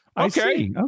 Okay